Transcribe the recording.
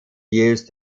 used